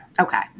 Okay